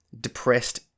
depressed